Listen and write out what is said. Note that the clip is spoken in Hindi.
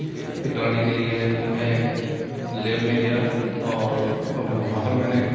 करने के लिए मैं एक लैब में गया और वहाँ पर मैंने